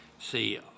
See